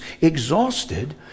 exhausted